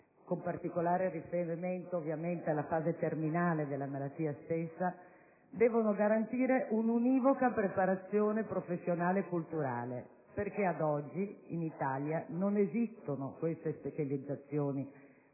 con particolare riferimento alla fase terminale della malattia stessa, devono garantire un'univoca preparazione professionale e culturale, perché ad oggi, in Italia, non esistono tali specializzazioni